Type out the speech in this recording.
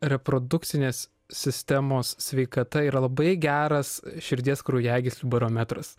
reprodukcinės sistemos sveikata yra labai geras širdies kraujagyslių barometras